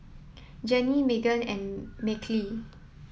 Jenni Meghan and Mahalie